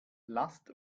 lasst